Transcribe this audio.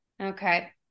Okay